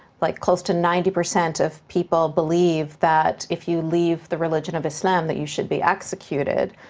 like close to ninety percent of people believe that if you leave the religion of islam that you should be executed.